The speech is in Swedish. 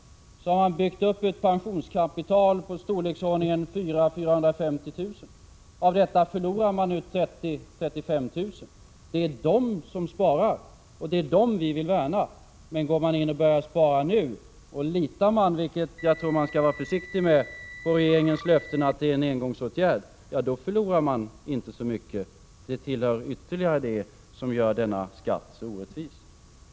1986/87:48 pensionskapital i storleksordningen 400 000 kr. Av detta förlorar man nu 12 december 1986 30 000-35 000. Det är dessa människor vi vill värna om. REN SSE Går man in och börjar spara nu, och litar man — vilket jag tror man skall En tillfällig förmögenvara försiktig med — på regeringens löften att detta är en engångsåtgärd, då hetsskatt för livförsäkvet man att man inte förlorar så mycket. Detta tillhör det som ytterligare gör — ”I"8sbolag, m.m. denna skatt så orättvis.